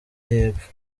y’epfo